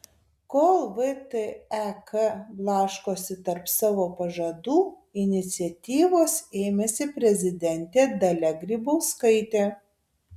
kol vtek blaškosi tarp savo pažadų iniciatyvos ėmėsi prezidentė dalia grybauskaitė